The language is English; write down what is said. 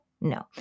No